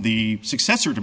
the successor to